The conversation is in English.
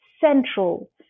central